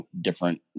different